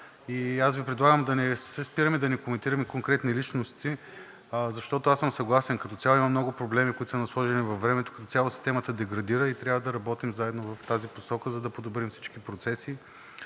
Аз Ви предлагам да не се спираме, да не коментираме конкретни личности, защото аз съм съгласен като цяло, има много проблеми, които са насложени във времето. Като цяло системата деградира и трябва да работим заедно в тази посока, за да подобрим всички процеси.